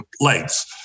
legs